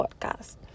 podcast